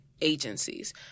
agencies